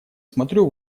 смотрю